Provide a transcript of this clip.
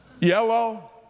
yellow